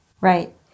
Right